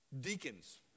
Deacons